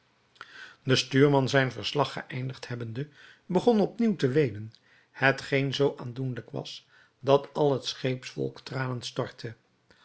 de stuurman zijn verslag geëindigd hebbende begon op nieuw te weenen hetgeen zoo aandoenlijk was dat al het scheepsvolk tranen stortte